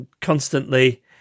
constantly